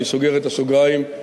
אני סוגר את הסוגריים.